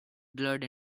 blurred